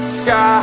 sky